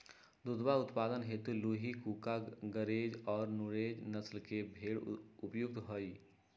दुधवा उत्पादन हेतु लूही, कूका, गरेज और नुरेज नस्ल के भेंड़ उपयुक्त हई